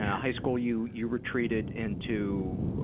high school you you retreated into